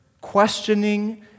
questioning